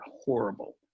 horrible